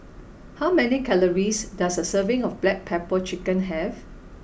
how many calories does a serving of Black Pepper Chicken have